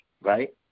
right